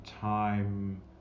time